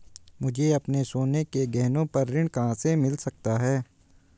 मुझे अपने सोने के गहनों पर ऋण कहां से मिल सकता है?